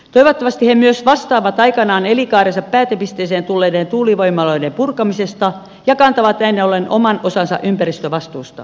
toivottavasti he myös vastaavat aikanaan elinkaarensa päätepisteeseen tulleiden tuulivoimaloiden purkamisesta ja kantavat näin ollen oman osansa ympäristövastuusta